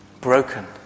broken